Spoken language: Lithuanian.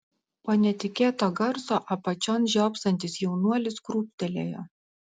po netikėto garso apačion žiopsantis jaunuolis krūptelėjo